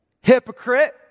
Hypocrite